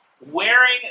Wearing